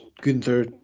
Gunther